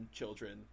children